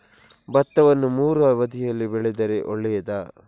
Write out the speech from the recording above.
ಭತ್ತವನ್ನು ಮೂರೂ ಅವಧಿಯಲ್ಲಿ ಬೆಳೆದರೆ ಒಳ್ಳೆಯದಾ?